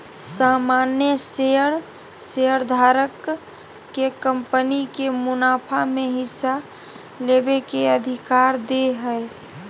सामान्य शेयर शेयरधारक के कंपनी के मुनाफा में हिस्सा लेबे के अधिकार दे हय